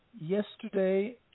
yesterday